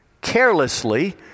carelessly